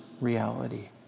reality